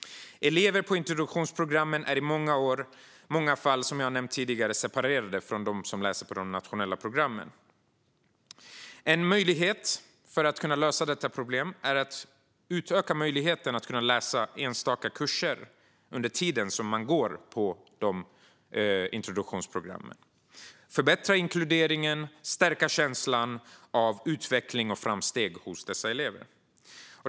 Elever på introduktionsprogrammen är i många fall, som jag nämnt tidigare, separerade från dem som läser på de nationella programmen. En möjlighet att lösa detta problem är att utöka möjligheten att läsa enstaka kurser under tiden som man går på introduktionsprogrammet, att förbättra inkluderingen och stärka känslan av utveckling och framsteg hos dessa elever.